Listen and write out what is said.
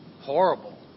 horrible